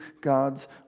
God's